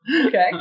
Okay